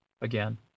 again